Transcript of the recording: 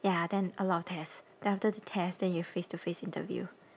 ya then a lot of tests then after the test then you have face to face interview